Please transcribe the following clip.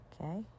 Okay